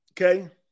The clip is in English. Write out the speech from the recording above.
Okay